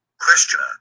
Questioner